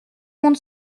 monde